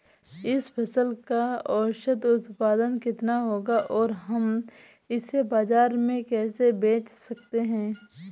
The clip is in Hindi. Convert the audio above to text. इस फसल का औसत उत्पादन कितना होगा और हम इसे बाजार में कैसे बेच सकते हैं?